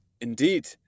Indeed